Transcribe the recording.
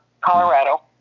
Colorado